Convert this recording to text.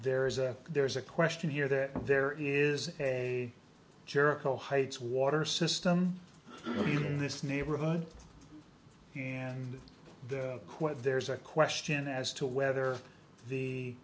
there is a there is a question here that there is a jericho heights water system in this neighborhood and quote there's a question as to whether the